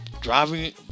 driving